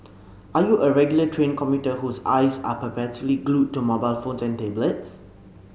are you a regular train commuter whose eyes are perpetually glued to mobile phones and tablets